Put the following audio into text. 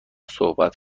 صحبت